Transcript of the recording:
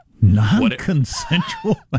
Non-consensual